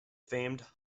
famed